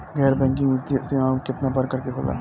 गैर बैंकिंग वित्तीय सेवाओं केतना प्रकार के होला?